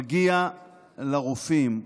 מגיע לרופאים,